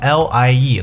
lie